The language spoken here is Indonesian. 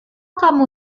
kamu